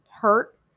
hurt